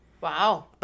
Wow